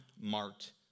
marked